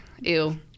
ew